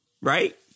Right